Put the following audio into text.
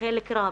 חלק גדול,